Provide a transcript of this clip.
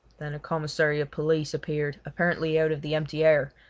then a commissary of police appeared, apparently out of the empty air,